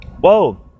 Whoa